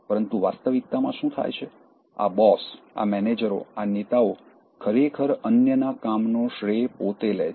પરંતુ વાસ્તવિકતામાં શું થાય છે આ બોસ આ મેનેજરો આ નેતાઓ ખરેખર અન્યના કામનો શ્રેય પોતે લે છે